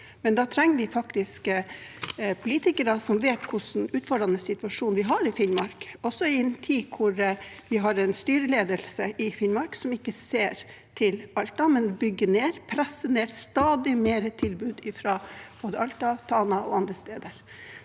Men da trenger vi faktisk politikere som vet hvilken utfordrende situasjon vi har i Finnmark, også i en tid hvor vi har en styreledelse i Finnmark som ikke ser til Alta, men bygger ned, presser ned stadig flere tilbud i Alta, Tana og andre steder,